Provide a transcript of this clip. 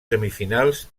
semifinals